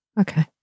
okay